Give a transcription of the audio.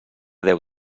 deu